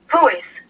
voice